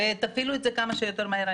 תפעילו את זה כמה שיותר מהר.